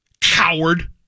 coward